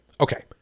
okay